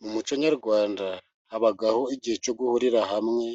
Mu muco nyarwanda habaho igihe cyo guhurira hamwe,